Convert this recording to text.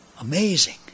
amazing